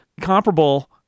comparable